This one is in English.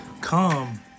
Come